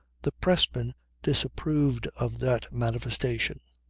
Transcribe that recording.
the pressman disapproved of that manifestation.